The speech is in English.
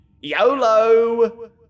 YOLO